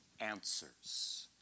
answers